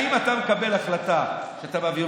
האם אתה מקבל החלטה שאתה מעביר?